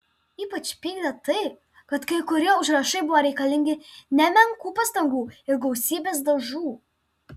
ypač pykdė tai kad kai kurie užrašai buvo reikalingi nemenkų pastangų ir gausybės dažų